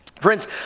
Friends